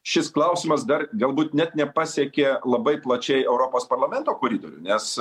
šis klausimas dar galbūt net nepasiekė labai plačiai europos parlamento koridorių nes